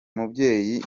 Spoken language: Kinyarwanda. mubyeyi